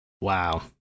Wow